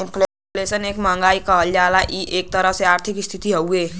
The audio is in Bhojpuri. इन्फ्लेशन क महंगाई कहल जाला इ एक तरह क आर्थिक स्थिति हउवे